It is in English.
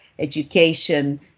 education